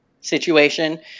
situation